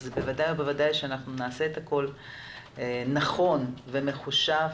אז ודאי וודאי שנעשה את הכל נכון ומחושב,